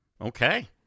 Okay